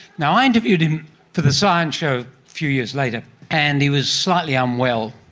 now, i interviewed him for the science show a few years later and he was slightly unwell,